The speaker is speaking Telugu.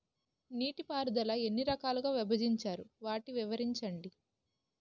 నీటిపారుదల ఎన్ని రకాలుగా విభజించారు? వాటి వివరించండి?